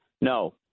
No